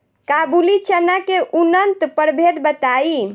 काबुली चना के उन्नत प्रभेद बताई?